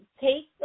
take